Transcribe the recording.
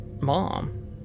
mom